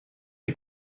est